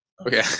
Okay